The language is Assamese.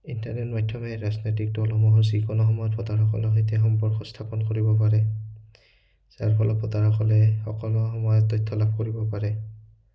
ইণ্টাৰনেট মাধ্যমে ৰাজনৈতিক দলসমূহৰ যিকোনো সময়ত ভোটাৰসকলৰ সৈতে সম্পৰ্ক স্থাপন কৰিব পাৰে যাৰ ফলত ভোটাৰসকলে সকলো সময়ত তথ্য লাভ কৰিব পাৰে